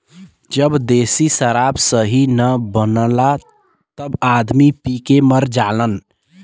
जब देशी शराब सही न बनला तब आदमी पी के मर जालन